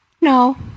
no